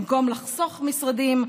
במקום לחסוך משרדים,